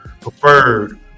preferred